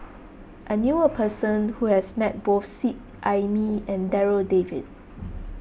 I knew a person who has met both Seet Ai Mee and Darryl David